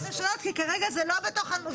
--- כי כרגע זה לא בתוך הנוסח.